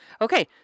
Okay